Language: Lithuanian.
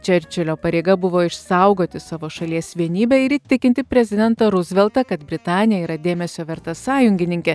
čerčilio pareiga buvo išsaugoti savo šalies vienybę ir įtikinti prezidentą ruzveltą kad britanija yra dėmesio verta sąjungininkė